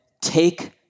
take